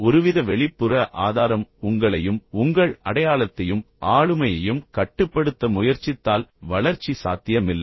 ஒருவித வெளிப்புற ஆதாரம் உங்களையும் உங்கள் அடையாளத்தையும் ஆளுமையையும் கட்டுப்படுத்த முயற்சித்தால் வளர்ச்சி சாத்தியமில்லை